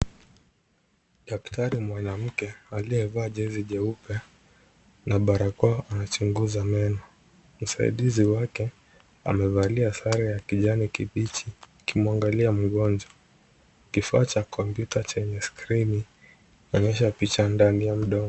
Daktari mwanamke aliyevaa jezi jeupe na barakoa anachunguza meno. Msaidizi wake amevalia sare ya kijani kibichi akimwangalia mgonjwa. Kifaa cha kompyuta chenye skrini kinaonyesha picha ndani ya mdomo.